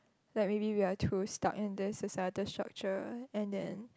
that maybe we are too stuck in this societal structure and then